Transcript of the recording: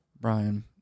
Brian